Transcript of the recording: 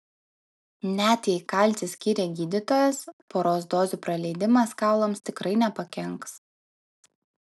net jei kalcį skyrė gydytojas poros dozių praleidimas kaulams tikrai nepakenks